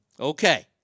Okay